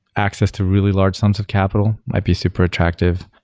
access to really large sums of capital might be super attractive.